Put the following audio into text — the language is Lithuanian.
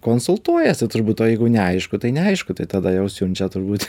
konsultuojasi turbūt o jeigu neaišku tai neaišku tai tada jau siunčia turbūt